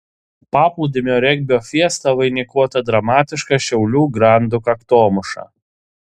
paplūdimio regbio fiesta vainikuota dramatiška šiaulių grandų kaktomuša